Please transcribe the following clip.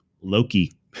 Loki